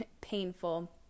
painful